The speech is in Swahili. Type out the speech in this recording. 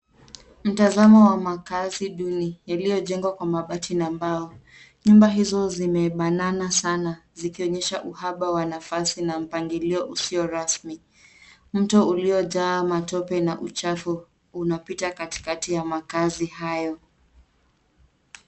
Mtazamo wa makazi duni yaliyojengwa kwa mabati na mbao. Nyumba hizi zimebanana sana zikionyesha uhaba wa nafasi na mpangilio usio rasmi. Mto uliojaa matope na uchafu unapita katikati ya makazi hayo.